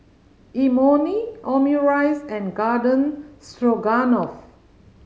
Imoni Omurice and Garden Stroganoff